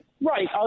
Right